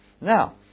Now